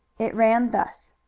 it ran thus